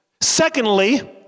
Secondly